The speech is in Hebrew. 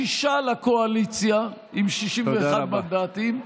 שישה לקואליציה, עם 61 מנדטים,